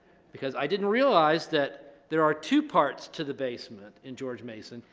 because i didn't realize that there are two parts to the basement in george mason,